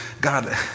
God